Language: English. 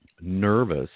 nervous